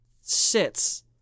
sits